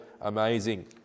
amazing